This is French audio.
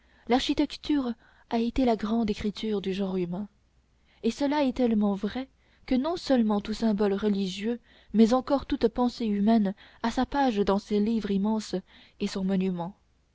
l'architecture a été la grande écriture du genre humain et cela est tellement vrai que non seulement tout symbole religieux mais encore toute pensée humaine a sa page dans ce livre immense et son monument